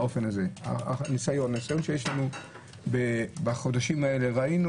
מהניסיון שיש לנו בחודשים האלה ראינו